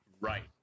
right